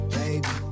baby